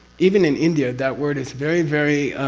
even in india, that word is very very.